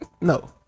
no